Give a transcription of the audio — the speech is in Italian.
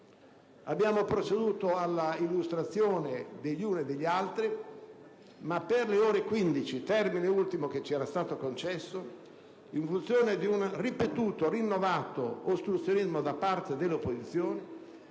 Abbiamo proceduto all'illustrazione degli uni e degli altri, ma per le ore 15, termine ultimo che ci era stato concesso, in funzione di un ripetuto, rinnovato ostruzionismo da parte dell'opposizione,